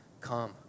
come